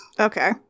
Okay